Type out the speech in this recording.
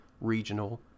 regional